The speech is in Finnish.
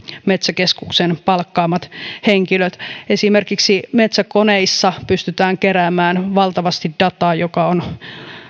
metsäkeskuksen palkkaamat henkilöt esimerkiksi metsäkoneissa pystytään keräämään valtavasti dataa